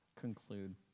conclude